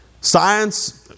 science